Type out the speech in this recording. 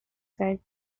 said